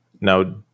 Now